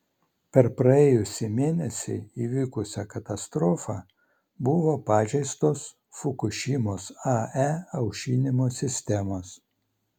per praėjusį mėnesį įvykusią katastrofą buvo pažeistos fukušimos ae aušinimo sistemos